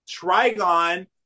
trigon